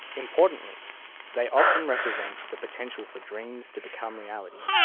importantly they often represent the potential for dreams to become reality.